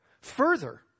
further